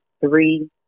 three